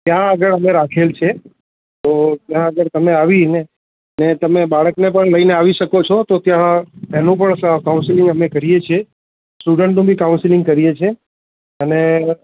ત્યાં આગળ અમે રાખેલ છે તો ત્યાં આગળ તમે આવીને ને તમે બાળકને પણ લઇને આવી શકો છો તો ત્યાં તેનું પણ કાઉન્સેલિંગ અમે કરીએ છે સ્ટુડન્ટનું બી કાઉન્સેલિંગ કરીએ છે અને